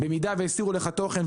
אם הסירו לך תוכן,